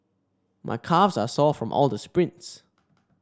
my calves are sore from all the sprints